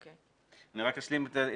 אני רק אשלים.